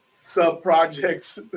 sub-projects